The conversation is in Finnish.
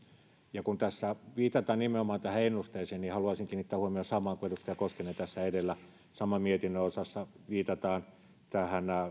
ja kun tässä viitataan nimenomaan tähän ennusteeseen niin haluaisin kiinnittää huomiota samaan kuin edustaja koskinen tässä edellä samassa mietinnön osassa viitataan tähän